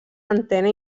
antena